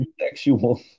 sexual